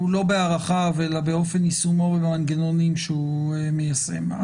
לא בהארכה אלא באופן יישומו במנגנונים שהוא מיישם.